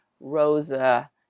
Rosa